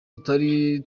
tutari